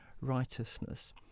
righteousness